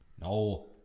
No